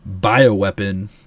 bioweapon